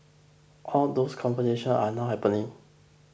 all those conversations are now happening